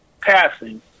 passing